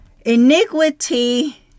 Iniquity